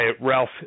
Ralph